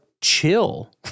chill